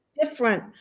different